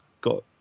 got